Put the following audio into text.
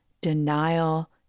denial